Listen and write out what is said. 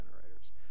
generators